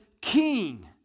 king